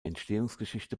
entstehungsgeschichte